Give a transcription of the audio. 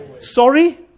Sorry